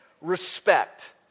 respect